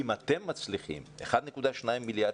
אם אתם מצליחים לשים בזה 1.2 מיליארד